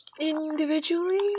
individually